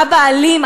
אבא אלים,